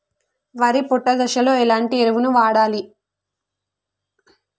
వరి పొట్ట దశలో ఎలాంటి ఎరువును వాడాలి?